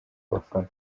abafana